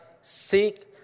seek